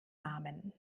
namen